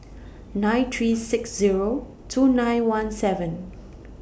nine three six Zero two nine one seven